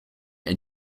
and